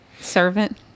servant